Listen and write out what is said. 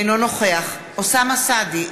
אינו נוכח אוסאמה סעדי,